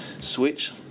switch